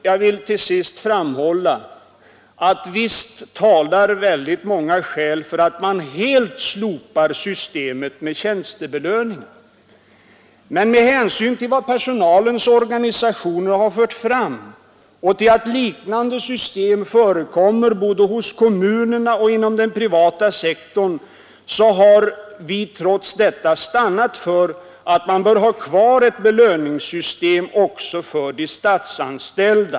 Jag vill till sist framhålla att visst talar väldigt många skäl för att systemet med tjänstebelöningar helt slopas. Med hänsyn till vad personalens organisationer har fört fram och till att liknande system förekommer både hos kommunerna och inom den privata sektorn har vi trots detta stannat för att vi bör har kvar ett belöningssystem också för de statsanställda.